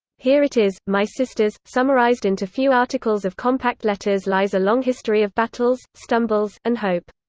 here it is, my sisters, summarized into few articles of compact letters lies a long history of battles, stumbles, and hope.